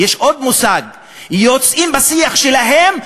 יש עוד מושג: יוצאים בשיח שלהם,